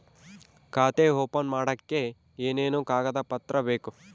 ಖಾತೆ ಓಪನ್ ಮಾಡಕ್ಕೆ ಏನೇನು ಕಾಗದ ಪತ್ರ ಬೇಕು?